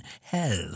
Hell